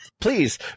Please